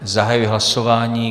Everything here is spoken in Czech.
Zahajuji hlasování.